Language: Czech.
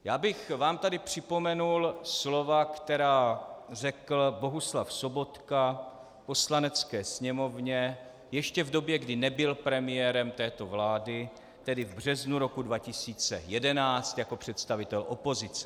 Já bych vám tady připomněla slova, která řekl Bohuslav Sobotka Poslanecké sněmovně ještě v době, kdy nebyl premiérem této vlády, tedy v březnu roku 2011 jako představitel opozice.